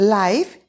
life